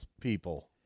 people